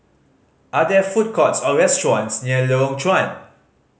are there food courts or restaurants near Lorong Chuan